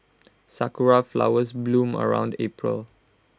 Sakura Flowers bloom around April